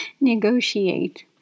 Negotiate